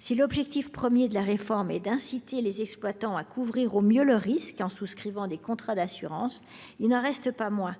Si l’objectif premier est d’inciter les exploitants à couvrir au mieux leurs risques en souscrivant des contrats d’assurance, la réforme n’en a pas moins